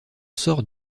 sort